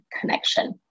connection